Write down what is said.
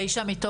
תשע?